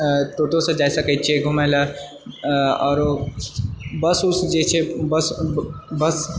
अऽ टोटोसे जाए सकैत छिए घुमए लऽ आ आरो बस वुस जाए छै बस बस